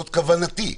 זאת כוונתי.